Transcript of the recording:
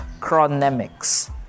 chronemics